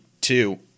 two